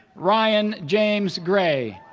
ryan james gray